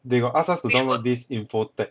they got ask us to download this info tech